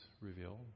reveal